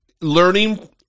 Learning